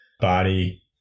body